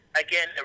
again